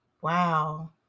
Wow